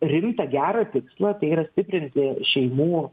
rimtą gerą tikslą tai yra stiprinti šeimų